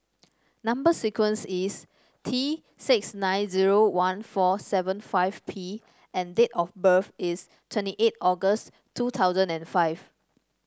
number sequence is T six nine zero one four seven five P and date of birth is twenty eight August two thousand and five